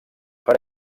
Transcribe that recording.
per